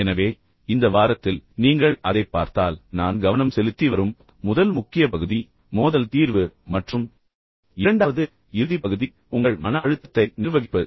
எனவே இந்த வாரத்தில் நீங்கள் அதைப் பார்த்தால் நான் கவனம் செலுத்தி வரும் முதல் முக்கிய பகுதி மோதல் தீர்வு மற்றும் இரண்டாவது இறுதி பகுதி உங்கள் மன அழுத்தத்தை நிர்வகிப்பது